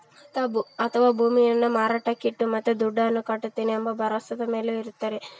ಅಥವಾ ಭೂಮಿಯನ್ನು ಮಾರಾಟಕ್ಕಿಟ್ಟು ಮತ್ತೆ ದುಡ್ಡನ್ನು ಕಟ್ಟುತ್ತೇನೆ ಎಂಬ ಭರವಸದ ಮೇಲೆ ಇರ್ತಾರೆ